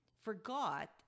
forgot